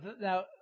now